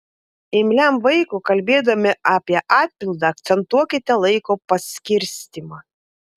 imliam vaikui kalbėdami apie atpildą akcentuokite laiko paskirstymą